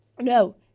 No